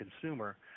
consumer